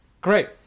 Great